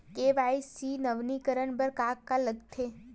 KYC नवीनीकरण बर का का लगथे?